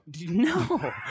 No